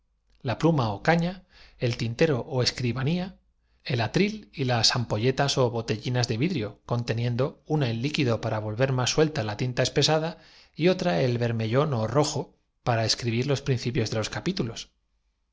escribirían por el tintero ó escribanía el atril y las ampolletas ó botellirevés de vidrio conteniendo los indios según filostrato hacían su escritura tas una el líquido para volver más suelta la tinta espesada y otra el bermellón ó rojo en los sytidones que así llamaban á sus telas ó ves tidos para escribir los principios de los capítulos